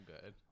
good